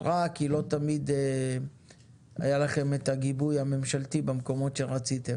רע כי לא תמיד היה לכם את הגיבוי הממשלתי במקומות שרציתם.